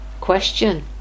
Question